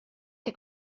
que